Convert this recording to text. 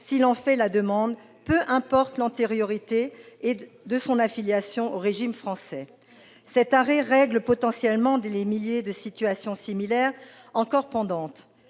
s'il en fait la demande, peu importe l'antériorité de son affiliation au régime français. Cet arrêt règle potentiellement les milliers de situations similaires encore pendantes